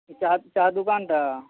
ଇ ଚାହା ଦୁକାନ୍ଟା